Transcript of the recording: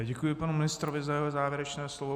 Děkuji panu ministrovi za jeho závěrečné slovo.